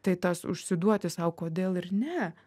tai tas užsiduoti sau kodėl ir ne